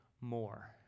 more